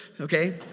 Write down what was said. Okay